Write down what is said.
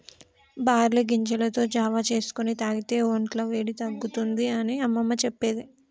barley గింజలతో జావా చేసుకొని తాగితే వొంట్ల వేడి తగ్గుతుంది అని అమ్మమ్మ చెప్పేది